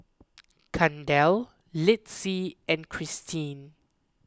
Kendal Litzy and Kristyn